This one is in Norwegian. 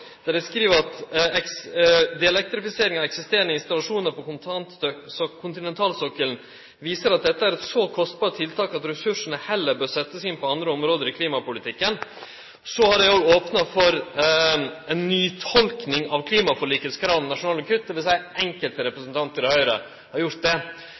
Der skriv dei at delelektrifisering av eksisterande installasjonar på kontinentalsokkelen viser at dette «er et så kostbart tiltak at ressursene heller bør settes inn på andre områder i klimapolitikken». Så har dei også opna for ei nytolking av klimaforlikets krav om nasjonale kutt – det vil seie enkelte representantar frå Høgre har gjort det.